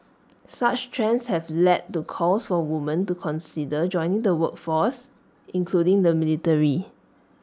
such trends have led to calls so women to consider joining the workforce including the military